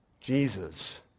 Jesus